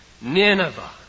Nineveh